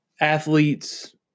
athletes